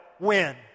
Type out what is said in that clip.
win